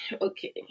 okay